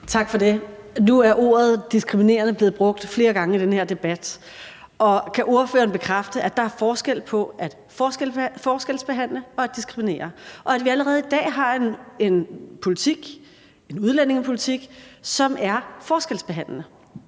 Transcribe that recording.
Tak for det. Nu er ordet diskriminerende blevet brugt flere gange i den her debat, og kan ordføreren bekræfte, at der er forskel på at forskelsbehandle og at diskriminere, og at vi allerede i dag har en politik, en udlændingepolitik, som er forskelsbehandlende?